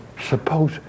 Suppose